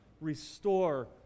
restore